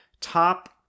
top